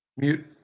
Mute